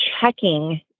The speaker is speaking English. checking